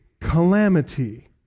calamity